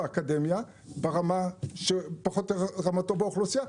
אמנם פחות מרמתו באוכלוסייה,